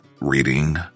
reading